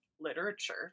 literature